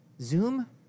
Zoom